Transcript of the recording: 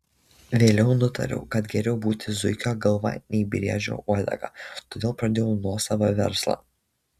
vėliau nutariau kad geriau būti zuikio galva nei briedžio uodega todėl pradėjau nuosavą verslą